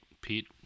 pete